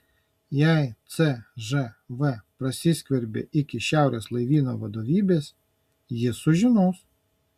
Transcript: jei cžv prasiskverbė iki šiaurės laivyno vadovybės jis sužinos